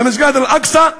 על מסגד אל-אקצא,